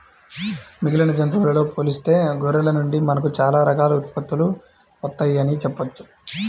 మిగిలిన జంతువులతో పోలిస్తే గొర్రెల నుండి మనకు చాలా రకాల ఉత్పత్తులు వత్తయ్యని చెప్పొచ్చు